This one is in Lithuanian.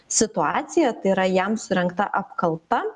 situacija tai yra jam surengta apkalta